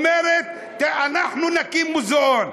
ואומרת: אנחנו נקים מוזיאון.